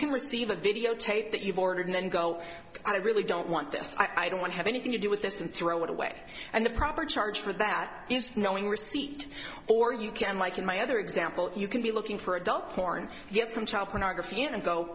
can receive a videotape that you've ordered then go i really don't want this i don't want to have anything to do with this and throw it away and the proper charge for that is knowing receipt or you can like in my other example you can be looking for adult porn get some child pornography in and go